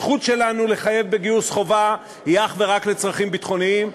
הזכות שלנו לחייב בגיוס חובה היא אך ורק לצרכים ביטחוניים.